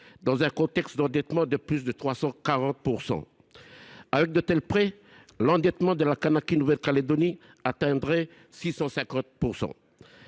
dans un contexte d’endettement de plus de 340 %. Avec de tels prêts, l’endettement de la Kanaky Nouvelle Calédonie aurait alors